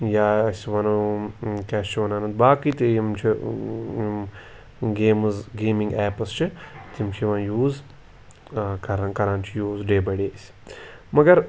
یا أسۍ وَنو کیٛاہ چھِ وَنان اَتھ باقٕے تہٕ یِم چھِ گیمٕز گیمِنٛگ ایپٕس چھِ تِم چھِ یِوان یوٗز کَرنہٕ کَران چھِ یوٗز ڈے بَے ڈے أسۍ مگر